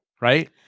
right